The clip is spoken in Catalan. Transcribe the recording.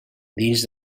dins